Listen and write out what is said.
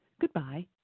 Goodbye